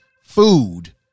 food